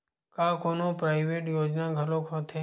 का कोनो प्राइवेट योजना घलोक होथे?